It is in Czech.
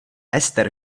ester